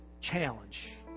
challenge